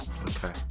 Okay